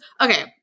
okay